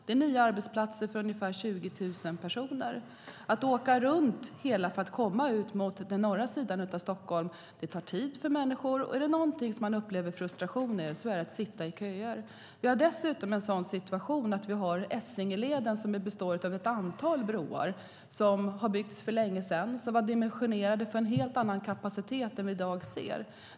Det är nya arbetsplatser för ungefär 20 000 personer. Att åka runt hela staden för att komma till den norra sidan av Stockholm tar tid för människor. Är det någonting man upplever frustration över så är det att sitta i köer. Vi har dessutom situationen att Essingeleden består av ett antal broar som har byggts för länge sedan. De var dimensionerade för en helt annan kapacitet än vad vi i dag ser.